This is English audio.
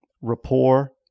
rapport